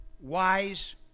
wise